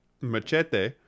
Machete